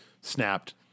snapped